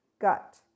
gut